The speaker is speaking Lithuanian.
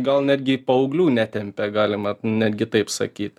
gal netgi paauglių netempia galima netgi taip sakyt